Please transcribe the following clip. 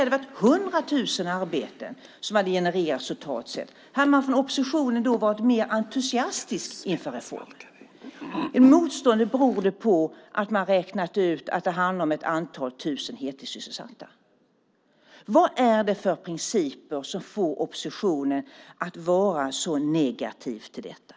Om det hade varit 100 000 arbeten som totalt sett hade genererats, hade man från oppositionen då varit mer entusiastisk inför reformen? Är motståndet beroende på att man har räknat ut att det handlar om ett antal tusen heltidssysselsatta? Vad är det för principer som får oppositionen att vara så negativ till detta?